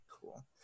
Cool